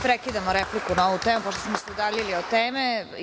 Prekidamo repliku na ovu temu, pošto smo se udaljili od teme.